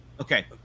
Okay